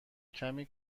کمی